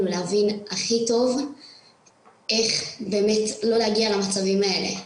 להבין הכי טוב איך לא להגיע למצבים האלה.